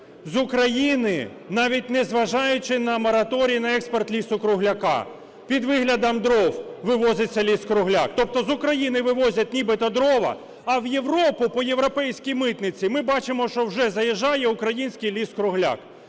З України, навіть незважаючи на мораторій на експорт лісу-кругляка, під виглядом дров вивозиться ліс-кругляк. Тобто з України вивозять нібито дрова, а в Європу по європейській митниці ми бачимо, що вже заїжджає український ліс-кругляк.